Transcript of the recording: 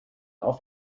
auf